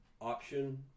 option